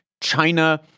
China